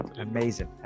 amazing